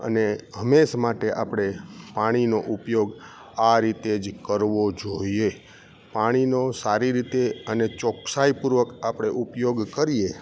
અને હંમેશ માટે આપણે પાણીનો ઉપયોગ આ રીતે જ કરવો જોઈએ પાણીનો સારી રીતે અને ચોકસાઈ પૂર્વક આપણે ઉપયોગ કરીએ